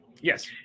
Yes